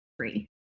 three